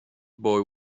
boy